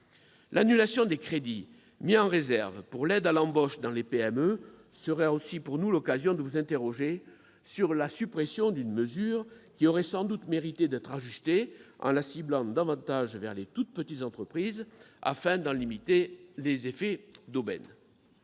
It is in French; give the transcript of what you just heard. L'annulation des crédits mis en réserve pour l'aide à l'embauche dans les PME sera aussi pour nous l'occasion de vous interroger sur la suppression d'une mesure qui aurait sans doute mérité d'être ajustée en étant ciblée davantage vers les toutes petites entreprises, afin d'en limiter les effets d'aubaine.